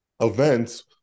events